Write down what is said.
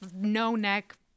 no-neck